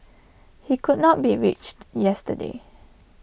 he could not be reached yesterday